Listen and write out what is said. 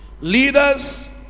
Leaders